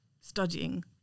studying